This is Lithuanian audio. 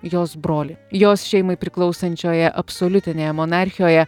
jos brolį jos šeimai priklausančioje absoliutinėje monarchijoje